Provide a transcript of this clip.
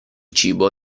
cibo